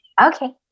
Okay